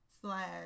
slash